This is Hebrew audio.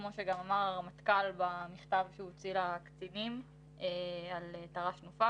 כמו שגם אמר הרמטכ"ל במכתב שהוא הוציא לקצינים על תר"ש תנופה